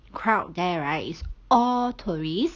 crowd there right is all tourists